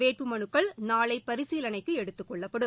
வேட்பு மனுக்கள் நாளை பரிசீலனைக்கு எடுத்துக்கொள்ளப்படும்